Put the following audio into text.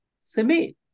submit